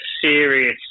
serious